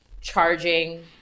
charging